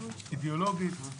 אידיאולוגית.